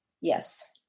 Yes